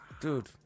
Dude